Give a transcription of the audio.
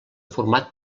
format